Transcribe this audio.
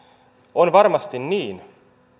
on varmasti niin